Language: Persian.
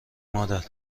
مادر